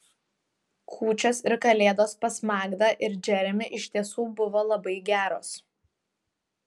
kūčios ir kalėdos pas magdą ir džeremį iš tiesų buvo labai geros